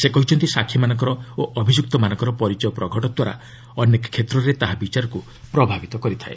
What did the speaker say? ସେ କହିଛନ୍ତି ସାକ୍ଷୀମାନଙ୍କର ଓ ଅଭିଯୁକ୍ତମାନଙ୍କର ପରିଚୟ ପ୍ରଘଟଦ୍ୱାରା ଅନେକ କ୍ଷେତ୍ରରେ ତାହା ବିଚାରକୁ ପ୍ରଭାବିତ କରିଥାଏ